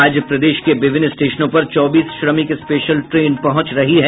आज प्रदेश के विभिन्न स्टेशनों पर चौबीस श्रमिक स्पेशल ट्रेन पहुंच रही हैं